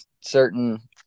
certain